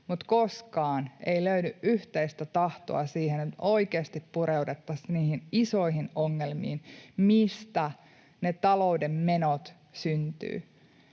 Mutta koskaan ei löydy yhteistä tahtoa siihen, että oikeasti pureuduttaisiin niihin isoihin ongelmiin, mistä ne talouden menot syntyvät.